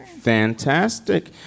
Fantastic